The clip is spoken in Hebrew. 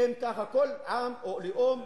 אם כך כל עם או לאום